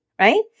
right